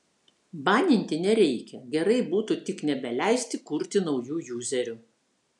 baninti nereikia gerai būtų tik nebeleisti kurti naujų juzerių